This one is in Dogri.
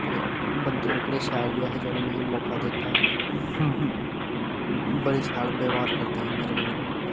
ते बंदे ओकड़े शैल बी ऐहे जिनें मिगी मौका दित्ता बड़े शैल ब्यवहार करदे हे मेरे कन्नै ओह्